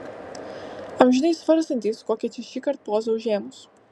amžinai svarstantys kokią čia šįkart pozą užėmus